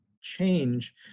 change